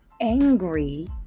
angry